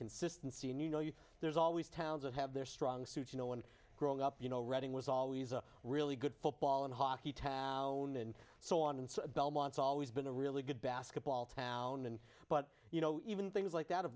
consistency and you know you there's always towns that have their strong suit you know and growing up you know reading was always a really good football and hockey town and so on and so belmont's always been a really good basketball town and but you know even things like that